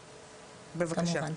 בבקשה,